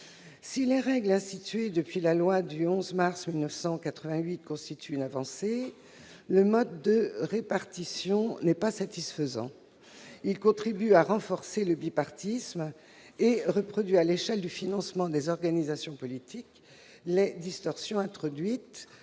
Si les règles instituées par la loi du 11 mars 1988 constituent une avancée, le mode de répartition n'est pas satisfaisant. Il contribue à renforcer le bipartisme et reproduit à l'échelle du financement des organisations politiques les distorsions introduites